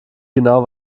genau